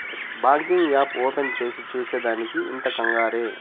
banking app open చేసి చూసే దానికి ఇంత కంగారే